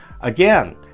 Again